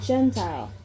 Gentile